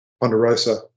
ponderosa